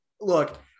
Look